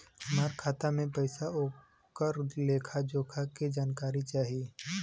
हमार खाता में पैसा ओकर लेखा जोखा के जानकारी चाही?